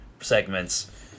segments